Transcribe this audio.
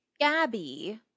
Gabby